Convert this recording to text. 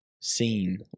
seen